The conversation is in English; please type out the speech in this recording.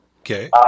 Okay